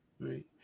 Right